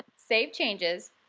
save changes,